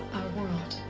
world.